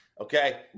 okay